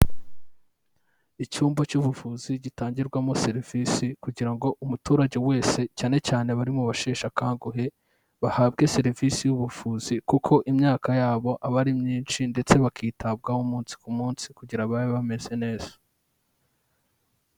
Icyumba cy'ubuvuzi gitangirwamo serivisi kugira ngo umuturage wese cyane cyane abari mu basheshe akangohe bahabwe serivisi y'ubuvuzi kuko imyaka yabo aba ari myinshi ndetse bakitabwaho umunsi ku munsi kugira babe bameze neza.